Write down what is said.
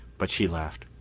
but she laughed.